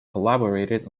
collaborated